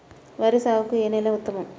వరి సాగుకు ఏ నేల ఉత్తమం?